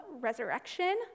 resurrection